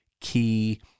key